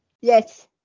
Yes